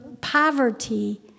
poverty